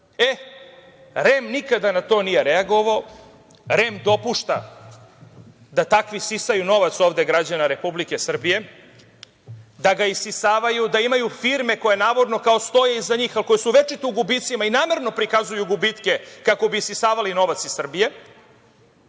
i REM nikada na to nije reagovao. REM dopušta da takvi sisaju novac ovde građana Republike Srbije, da ga isisavaju, da imaju firme koje, navodno, kao stoje iza njih, a koje su večito u gubicima i namerno prikazuju gubitke kako bi isisavali novac iz Srbije